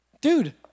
Dude